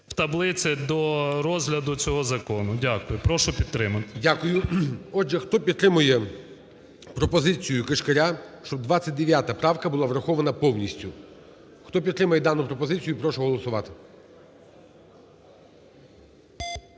в таблиці до розгляду цього закону. Дякую. Прошу підтримати. ГОЛОВУЮЧИЙ. Дякую. Отже, хто підтримує пропозицію Кишкаря, щоб 29 правка була врахована повністю. Хто підтримує дану пропозицію, прошу голосувати.